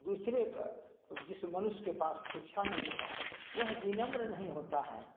दूसरे का जिस मनुष्य के पास शिक्षा नहीं है वह विनम्र नहीं होता है